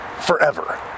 forever